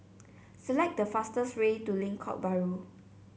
select the fastest way to Lengkok Bahru